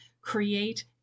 create